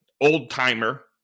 old-timer